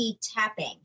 tapping